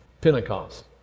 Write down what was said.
Pentecost